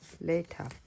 later